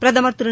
பிரதமர் திரு